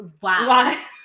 Wow